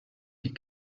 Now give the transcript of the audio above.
die